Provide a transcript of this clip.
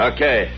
Okay